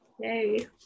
Yay